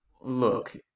look